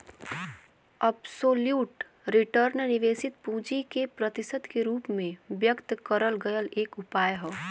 absolute return निवेशित पूंजी के प्रतिशत के रूप में व्यक्त करल गयल एक उपाय हौ